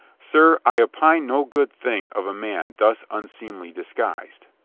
sir, i opine no good thing of a man thus un seemly disguised.